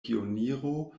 pioniro